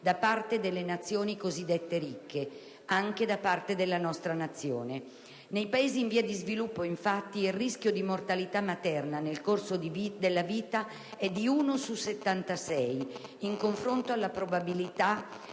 da parte delle Nazioni cosiddette ricche, anche da parte della nostra. Nei Paesi in via di sviluppo, infatti, il rischio di mortalità materna nel corso della vita è di 1 su 76, in confronto alla probabilità